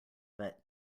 but